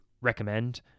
recommend